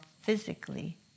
physically